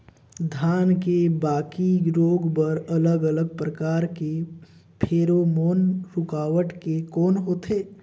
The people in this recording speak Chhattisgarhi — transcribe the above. धान के बाकी रोग बर अलग अलग प्रकार के फेरोमोन रूकावट के कौन होथे?